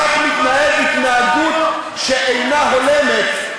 שחבר כנסת מתנהג התנהגות שאינה הולמת,